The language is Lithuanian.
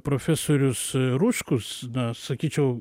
profesorius ruškus na sakyčiau